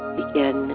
begin